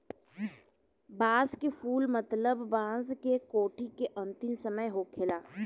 बांस के फुल मतलब बांस के कोठी के अंतिम समय होखेला